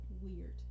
weird